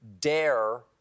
dare